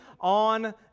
on